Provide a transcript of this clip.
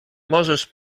możesz